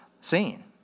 seen